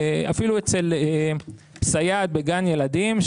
אפילו אצל סייעת בגן ילדים,